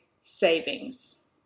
savings